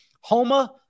Homa